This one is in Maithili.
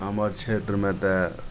हमर क्षेत्रमे तऽ